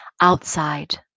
outside